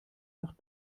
nach